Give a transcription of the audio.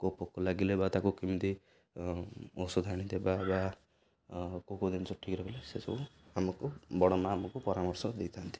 କେଉଁ ପୋକ ଲାଗିଲେ ବା ତାକୁ କେମିତି ଔଷଧ ଆଣିଦେବା ବା ପୋକ ଜିନିଷ ଠିକ୍ ରହିଲେ ସେସବୁ ଆମକୁ ବଡ଼ ମା' ଆମକୁ ପରାମର୍ଶ ଦେଇଥାନ୍ତି